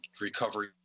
recovery